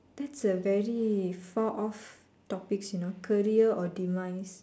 that's a very far off topics you know career or demise